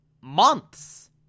months